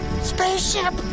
spaceship